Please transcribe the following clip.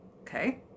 okay